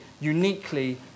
uniquely